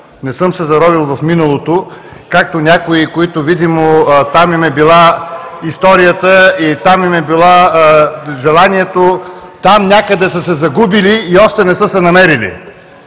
Не съм се заровил в миналото, както някои, които видимо там им е била историята и там им е било желанието. (Шум и реплики от ГЕРБ.) Там, някъде са се загубили и още не са се намерили.